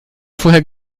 vorher